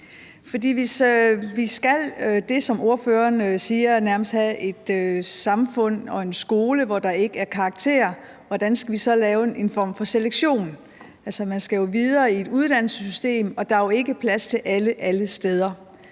hvis vi skal det, som ordføreren siger, altså nærmest have et samfund og en skole, hvor der ikke er karakterer, hvordan skal vi så lave en form for selektion? Altså, man skal jo videre i et uddannelsessystem, og der er jo ikke plads til alle alle steder.